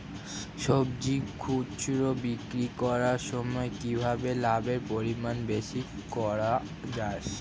সবজি খুচরা বিক্রি করার সময় কিভাবে লাভের পরিমাণ বেশি করা যায়?